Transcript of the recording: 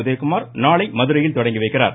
உதயகுமார் நாளை மதுரையில் தொடங்கி வைக்கிறார்